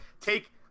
take